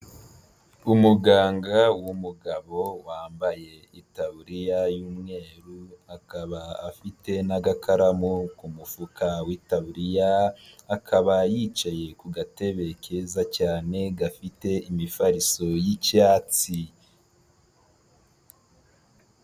Umuganga w'umugabo wambaye itaburiya y'umweru, akaba afite n'agakaramu ku mufuka w'itabiririya, akaba yicaye ku gatebe keza cyane, gafite imifariso y'icyatsi.